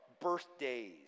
birthdays